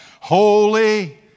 holy